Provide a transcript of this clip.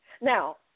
Now